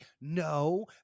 No